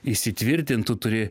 įsitvirtint tu turi